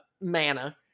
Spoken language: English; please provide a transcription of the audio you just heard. mana